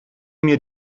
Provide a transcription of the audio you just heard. mir